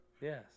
Yes